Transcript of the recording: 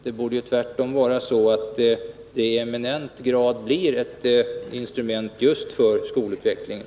Det borde tvärtom vara så att den i eminent grad blir ett instrument för skolutvecklingen.